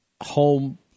home